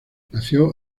nació